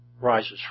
rises